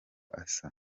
asa